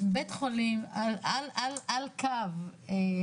בית חולים על קו